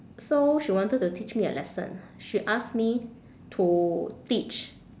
so she wanted to teach me a lesson she ask me to teach